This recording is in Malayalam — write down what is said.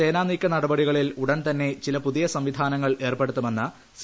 സേനാ നീക്ക നടപടികളിൽ ഉടൻ തന്നെ ചില പുതിയ സംവിധാനങ്ങൾ ഏർപ്പെടുത്തുമെന്ന് സി